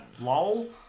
Lol